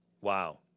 Wow